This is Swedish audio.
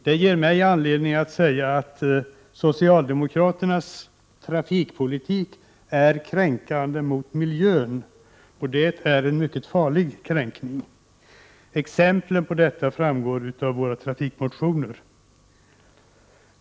Det ger mig anledning att säga att socialdemokraternas trafikpolitik är kränkande för miljön — och det är en mycket farlig kränkning. Exemplen framgår av våra trafikmotioner.